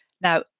now